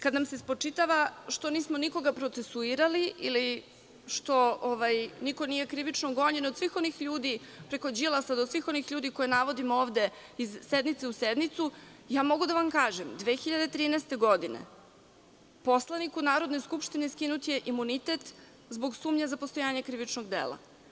Kada nam se spočitava što nismo nikoga procesuirali ili što niko nije krivično gonjenje od svih onih ljudi, preko Đilasa do svih onih ljudi koje navodimo ovde iz sednice u sednicu, ja mogu da vam kažem – 2013. godine poslaniku u Narodnoj skupštini skinut je imunitet zbog sumnje za postojanje krivičnog dela.